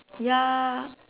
ya